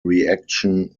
reaction